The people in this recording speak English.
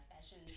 fashion